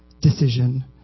decision